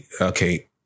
Okay